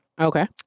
Okay